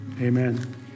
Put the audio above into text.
amen